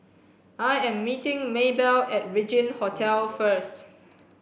I am meeting Maebell at Regin Hotel first